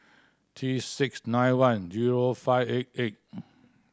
T six nine one zero five eight eight